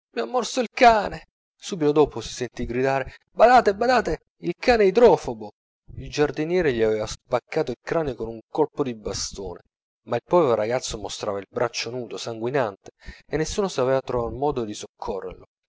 mi ha morso il cane subito dopo si sentì gridare badate badate il cane è idrofobo il giardiniere gli aveva spaccato il cranio con un colpo di bastone ma il povero ragazzo mostrava il braccio nudo sanguinante e nessuno sapeva trovar modo di soccorrerlo